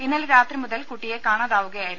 ഇന്നലെ രാത്രി മുതൽ കുട്ടിയെ കാണാതാവുകയായിരുന്നു